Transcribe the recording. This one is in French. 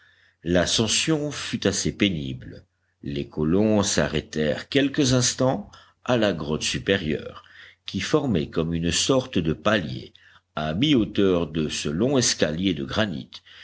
l'ascension fut assez pénible les colons s'arrêtèrent quelques instants à la grotte supérieure qui formait comme une sorte de palier à mi-hauteur de ce long escalier de granit